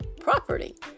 property